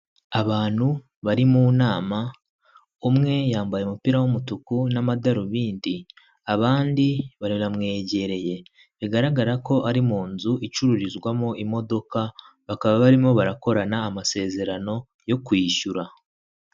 Abantu bari mu nama umwe yambaye umupira w'umutuku n'amadarubindi, abandi baramwegereye bigaragara ko ari mu nzu icururizwamo imodoka bakaba barimo barakorana amasezerano yo kwishyura.